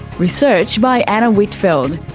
research by anna whitfeld.